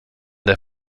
der